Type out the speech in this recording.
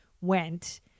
went